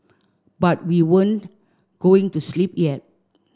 but we weren't going to sleep yet